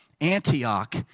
Antioch